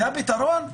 זה הפתרון?